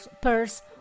purse